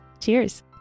Cheers